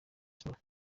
sports